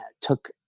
took